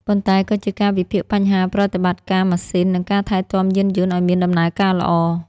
ប៉ុន្តែក៏ជាការវិភាគបញ្ហា ប្រតិបត្តិការម៉ាស៊ីន និងការថែទាំយានយន្តឱ្យមានដំណើរការល្អ។